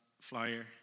Flyer